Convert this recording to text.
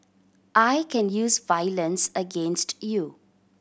I can use violence against you